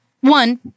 One